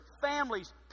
families